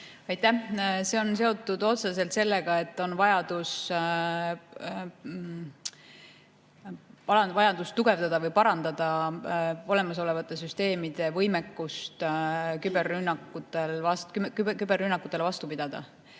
Aitäh! See on seotud otseselt sellega, et on vajadus tugevdada või parandada olemasolevate süsteemide võimekust küberrünnakutele vastu pidada.